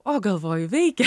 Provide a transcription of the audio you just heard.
o galvoju veikia